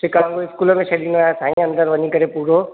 Chicago school में छॾींदो आहियां साईं अंदर वञी करे पूरो